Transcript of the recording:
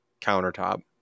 countertop